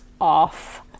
off